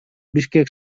бишкек